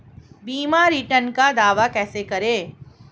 बीमा रिटर्न का दावा कैसे करें?